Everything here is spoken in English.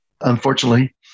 Unfortunately